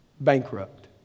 bankrupt